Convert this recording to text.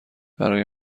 برای